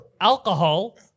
alcohol